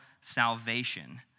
salvation